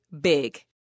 big